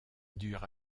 dure